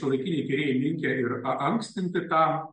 šiuolaikiniai tyrėjai linkę ir paankstinti tą